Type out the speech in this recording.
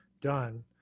done